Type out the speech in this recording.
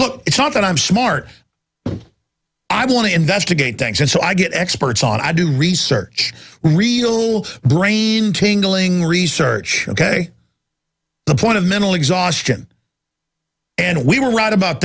book it's not that i'm smart i want to investigate things and so i get experts on i do research real brain tingling research ok the point of mental exhaustion and we were right about